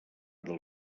dels